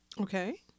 Okay